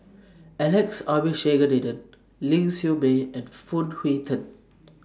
Alex Abisheganaden Ling Siew May and Phoon Yew Tien